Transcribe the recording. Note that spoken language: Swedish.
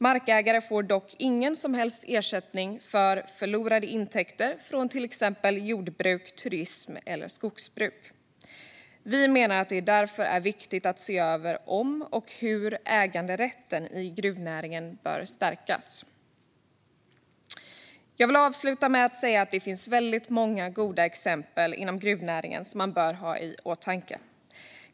Markägare får dock ingen som helst ersättning för förlorade intäkter från till exempel jordbruk, turism eller skogsbruk. Vi menar att det därför är viktigt att se över om och hur äganderätten i gruvnäringen bör stärkas. Jag vill avsluta med att säga att det finns väldigt många goda exempel inom gruvnäringen som man bör ha i åtanke.